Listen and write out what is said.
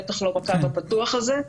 בטח לא בקו הפתוח הזה,